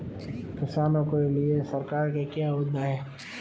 किसानों के लिए सरकार की क्या योजनाएं हैं?